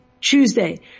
Tuesday